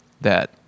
that-